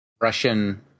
Russian